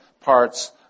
parts